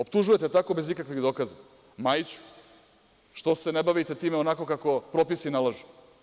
Optužujete tako bez ikakvih dokaza, Majiću, što se ne bavite time onako kako propisi nalažu?